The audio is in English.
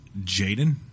Jaden